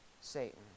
Satan